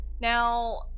Now